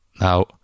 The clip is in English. Now